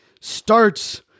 starts